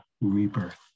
rebirth